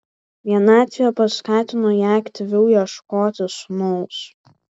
vienatvė paskatino ją aktyviau ieškoti sūnaus